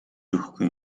өгөхгүй